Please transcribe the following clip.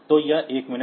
तो यह 1 मिनट है